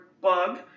bug